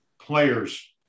players